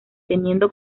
teniendo